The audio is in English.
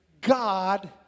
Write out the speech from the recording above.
God